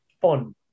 fun